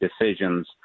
decisions